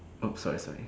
open sorry sorry